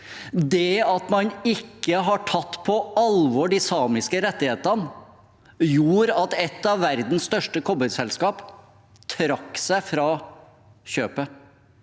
Det at man ikke har tatt på alvor de samiske rettighetene gjorde at et av verdens største kobberselskap trakk seg fra kjøpet.